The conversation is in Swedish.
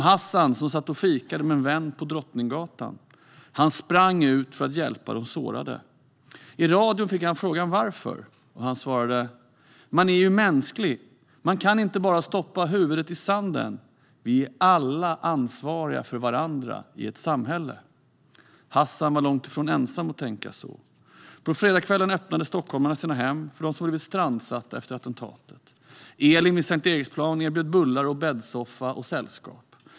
Hassan som satt och fikade med en vän på Drottninggatan sprang ut för att hjälpa de sårade. I radion fick han frågan varför. Han svarade: "Man är ju mänsklig. Man kan inte bara stoppa huvudet i sanden. Vi är alla ansvariga för varandra i ett samhälle." Hassan var långt ifrån ensam om att tänka på det sättet. På fredagskvällen öppnade stockholmarna sina hem för dem som blivit strandsatta efter attentatet. Elin vid Sankt Eriksplan erbjöd bullar, bäddsoffa och sällskap.